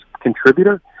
contributor